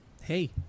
hey